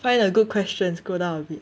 find a good question scroll down